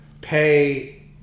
pay